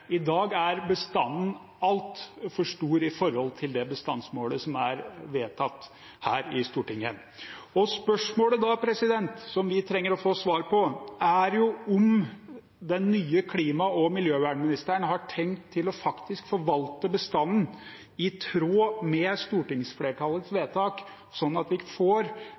I dag er bestanden altfor stor i forhold til det bestandsmålet som er vedtatt her i Stortinget. Spørsmålet som vi da trenger å få svar på, er om den nye klima- og miljøministeren faktisk har tenkt å forvalte bestanden i tråd med stortingsflertallets vedtak, slik at vi får